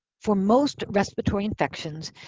for most respiratory infections,